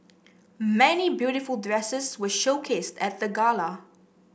many beautiful dresses were showcased at the gala